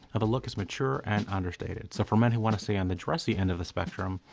ah the look is mature and understated, so for men who want to stay on the dressy end of the spectrum,